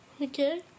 okay